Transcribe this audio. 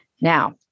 Now